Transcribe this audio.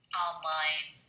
online